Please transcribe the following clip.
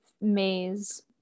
maze